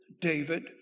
David